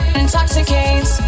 intoxicates